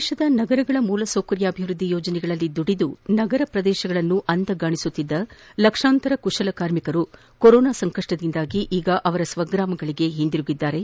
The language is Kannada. ದೇಶದ ನಗರಗಳ ಮೂಲಸೌಕರ್ಯ ಅಭಿವೃದ್ಧಿ ಯೋಜನೆಗಳಲ್ಲಿ ದುಡಿದು ನಗರ ಪ್ರದೇಶಗಳನ್ನು ಅಲಂಕರಿಸುತ್ತಿದ್ದ ಲಕ್ಷಾಂತರ ಕುಶಲ ಕಾರ್ಮಿಕರು ಕೊರೊನಾ ಸಂಕಷ್ಷದಿಂದಾಗಿ ಅವರ ಸ್ವ ಗ್ರಾಮಗಳಿಗೆ ಹಿಂದಿರುಗಿದ್ದಾರೆ